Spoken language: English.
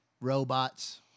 robots